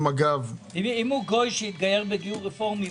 אם הוא גוי שהתגייר בגיור רפורמי,